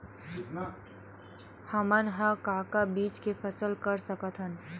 हमन ह का का बीज के फसल कर सकत हन?